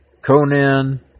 Conan